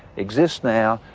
exist now,